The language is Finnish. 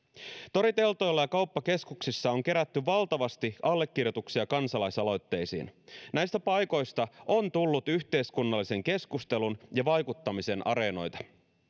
toriteltoilla ja kauppakeskuksissa on kerätty valtavasti allekirjoituksia kansalaisaloitteisiin näistä paikoista on tullut yhteiskunnallisen keskustelun ja vaikuttamisen areenoita